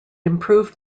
improved